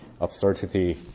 absurdity